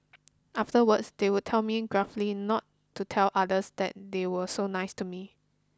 afterwards they would tell me gruffly not to tell others that they were so nice to me